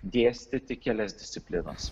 dėstyti kelias disciplinas